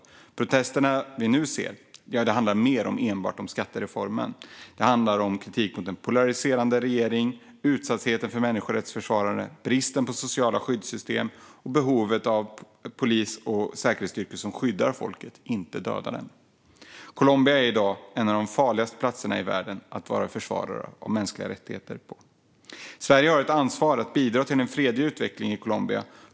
De protester vi nu ser handlar om mer än enbart skattereformen; de handlar om kritik mot en polariserande regering, utsattheten för människorättsförsvarare, bristen på sociala skyddssystem och behovet av polis och säkerhetsstyrkor som skyddar folket, inte dödar dem. Colombia är i dag en av de farligaste platserna i världen att vara försvarare av mänskliga rättigheter på. Sverige har ett ansvar att bidra till en fredlig utveckling i Colombia.